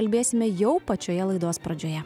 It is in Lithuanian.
kalbėsime jau pačioje laidos pradžioje